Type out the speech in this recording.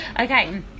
Okay